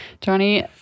Johnny